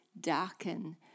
darken